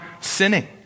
sinning